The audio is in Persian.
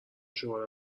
شعار